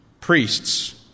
priests